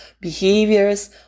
behaviors